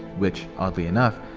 which oddly enough,